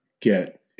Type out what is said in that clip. get